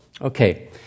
Okay